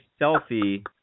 selfie